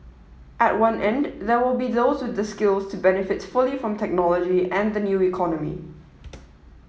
at one end there will be those with the skills to benefit fully from technology and the new economy